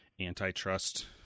antitrust